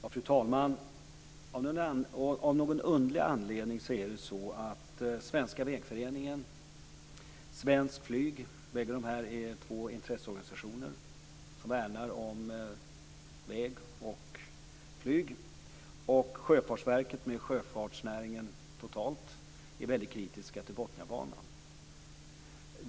Fru talman! Av någon underlig anledning är det så att Svenska vägföreningen och Svenskt flyg, båda är intresseorganisationer som värnar om vägar och flyg, och Sjöfartsverket, med sjöfartsnäringen totalt, är väldigt kritiska till Botniabanan.